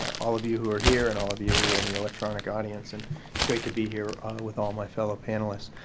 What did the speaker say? all of you who are here, and all of you who are in the electronic audience. and it's great to be here with all my fellow panelists.